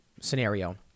scenario